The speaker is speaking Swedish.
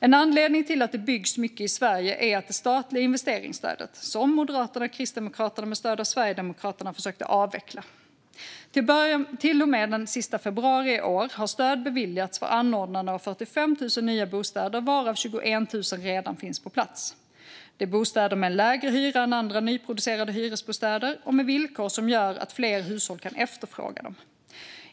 En anledning till att det byggs mycket i Sverige är det statliga investeringsstödet, som Moderaterna och Kristdemokraterna med stöd av Sverigedemokraterna försökte avveckla. Till och med den sista februari i år har stöd beviljats för anordnande av 45 000 nya bostäder, varav 21 000 redan finns på plats. Det är bostäder med en lägre hyra än andra nyproducerade hyresbostäder och med villkor som gör att fler hushåll kan efterfråga dem.